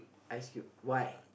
I see why